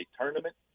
tournament